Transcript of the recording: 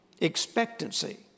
Expectancy